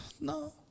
No